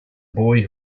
boy